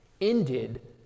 ended